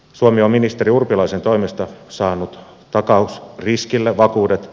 suomea ministeri urpilaisen toimesta saanut takaus riskillä vakuudet